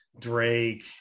Drake